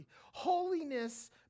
Holiness